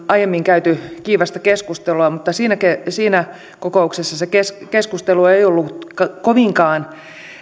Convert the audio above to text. aiemmin on käyty kiivasta keskustelua mutta siinä kokouksessa keskustelu ei ollut kovinkaan